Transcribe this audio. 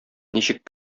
ничек